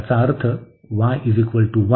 याचा अर्थ y1